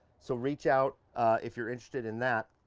so, reach out if you're interested in that.